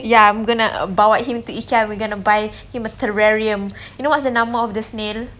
ya I'm going to bawa him to Ikea I'm going to buy him a terrarium you know what's the nama of the snail